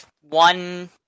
one